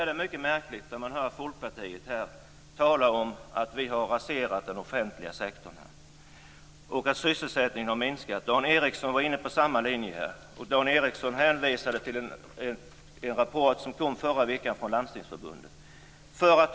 Det är mycket märkligt att här från Folkpartiet höra att vi har raserat den offentliga sektorn och att sysselsättningen har minskat. Dan Ericsson var inne på samma linje. Han hänvisade till en rapport från Landstingsförbundet som kom förra veckan.